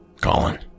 Colin